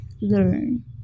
Learn